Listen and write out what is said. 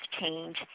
change